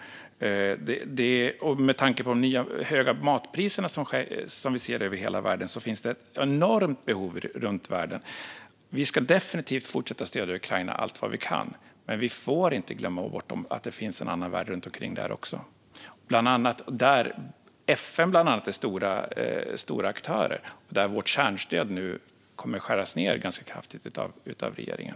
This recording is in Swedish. Med tanke på de nya, höga matpriserna i hela världen finns det ett enormt behov. Vi ska definitivt fortsätta stödja Ukraina allt vad vi kan, men vi får inte glömma att det finns en annan värld omkring oss också. FN är stora aktörer, och där kommer det svenska kärnstödet nu att skäras ned ganska kraftigt av regeringen.